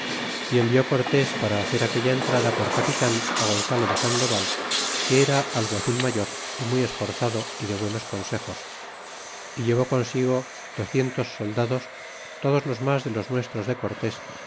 y envió cortés para hacer aquella entrada por capitan á gonzalo de sandoval que era alguacil mayor y muy esforzado y de buenos consejos y llevó consigo docientos soldados lodos los mas de los nuestros de cortés